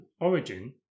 origin